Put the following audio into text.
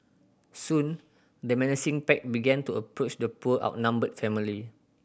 soon the menacing pack began to approach the poor outnumbered family